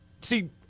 see